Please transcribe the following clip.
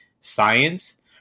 science